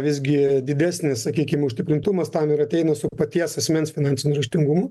visgi didesnis sakykim užtikrintumas tam ir ateina su paties asmens finansiniu raštingumu